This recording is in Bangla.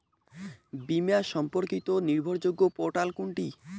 বীমা সম্পর্কিত নির্ভরযোগ্য পোর্টাল কোনটি?